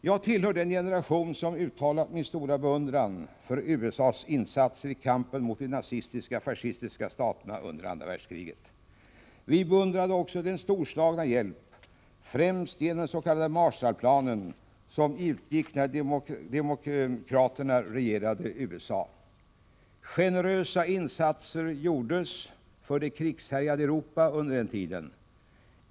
Jag tillhör den generation som uttalade sin stora beundran för USA:s insatser i kampen mot de nazistiska och fascistiska staterna under det andra världskriget. Vi beundrade också den storslagna hjälp — främst genom den s.k. Marshallplanen — som utgick när demokraterna regerade USA. Generösa insatser gjordes för det krigshärjade Europa under denna tid.